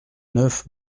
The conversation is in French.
neuf